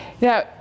Now